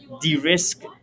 de-risk